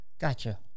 gotcha